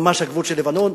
ממש הגבול עם לבנון,